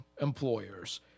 employers